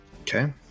Okay